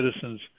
citizens